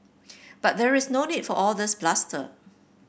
but there is no need for all this bluster